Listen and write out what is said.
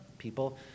people